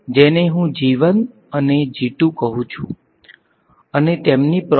So let us just read out the first equation so it is says ok